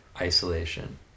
isolation